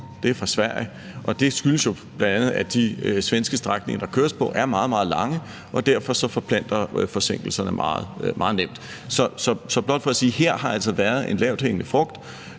kommer fra, er Sverige. Og det skyldes jo bl.a., at de svenske strækninger, der køres på, er meget, meget lange, og derfor forplanter forsinkelserne sig meget nemt. Så det er blot for at sige, at der altså her har været en lavthængende frugt,